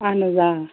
اَہَن حظ آ